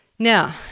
Now